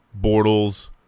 Bortles